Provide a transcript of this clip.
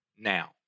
now